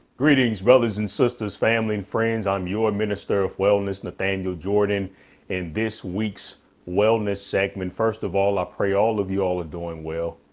greetings brothers and sisters, family and friends. i'm your minister of wellness, nathaniel jordan and this week's wellness segment. first of all, i ah pray all of you all are doing well.